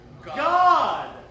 God